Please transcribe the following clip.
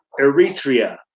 Eritrea